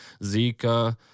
Zika